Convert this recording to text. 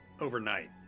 overnight